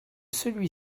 celui